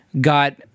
got